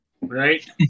Right